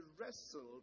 wrestled